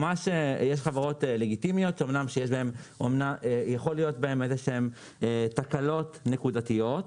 יש חברות לגיטימיות אומנם שיכולות להיות בהן תקלות נקודתיות,